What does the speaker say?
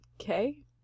Okay